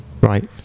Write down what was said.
Right